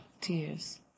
tears